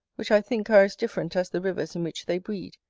which, i think, are as different as the rivers in which they breed,